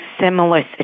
similar